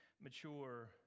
mature